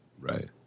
Right